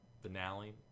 finale